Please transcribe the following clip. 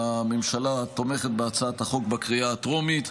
הממשלה תומכת בהצעת החוק בקריאה הטרומית,